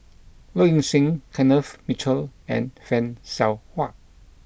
Low Ing Sing Kenneth Mitchell and Fan Shao Hua